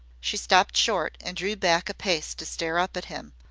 she stopped short and drew back a pace to stare up at him.